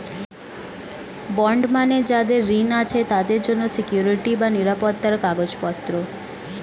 bond মানে যাদের ঋণ আছে তাদের জন্য সিকুইরিটি বা নিরাপত্তার কাগজপত্র